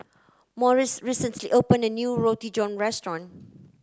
Morris recently opened a new Roti John restaurant